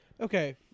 Okay